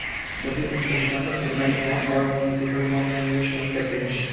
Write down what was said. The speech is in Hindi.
सभी इनकम फंड सरकारी बॉन्ड और म्यूनिसिपल बॉन्ड में निवेश नहीं करते हैं